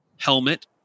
Helmet